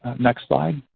next slide.